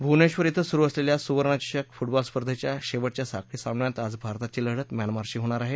भूवनेक्षर ध्वं सुरु असलेल्या सुवर्णचषक फुटबॉल स्पर्धेच्या शेवटच्या साखळी सामन्यात आज भारताची लढत म्यानमारशी होणार आहे